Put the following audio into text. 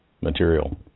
material